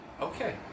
okay